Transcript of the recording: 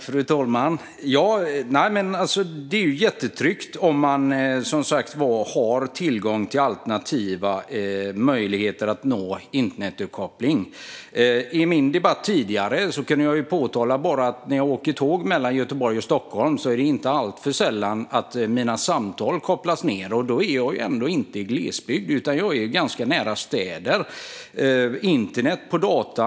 Fru talman! Det är jättetryggt om man har tillgång till alternativa möjligheter att få internetuppkoppling. I mitt anförande tidigare berättade jag om att när jag åker tåg mellan Göteborg och Stockholm är det inte alltför sällan som mina samtal kopplas ned. Och då befinner jag mig ändå inte i glesbygd utan ganska nära städer.